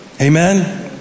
Amen